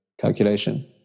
calculation